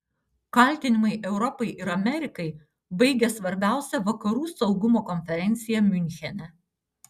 kaltinimai europai ir amerikai baigia svarbiausią vakarų saugumo konferenciją miunchene